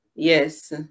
Yes